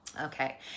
Okay